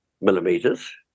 millimeters